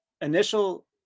initial